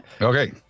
Okay